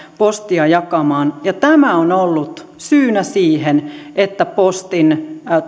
postia jakamaan ja tämä on ollut syynä siihen että postin